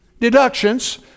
Deductions